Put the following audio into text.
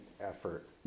effort